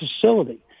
facility